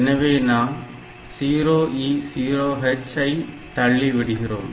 எனவே நாம் 0E0H ஐ தள்ளி விடுகிறோம்